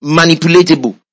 manipulatable